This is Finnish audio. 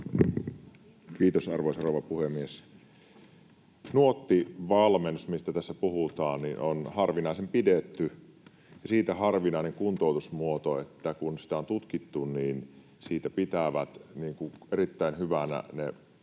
Kiitos, arvoisa rouva puhemies! Nuotti-valmennus, mistä tässä puhutaan, on harvinaisen pidetty ja siitä harvinainen kuntoutusmuoto, että kun sitä on tutkittu, niin sitä pitävät erittäin hyvänä ne